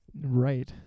Right